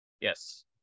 Yes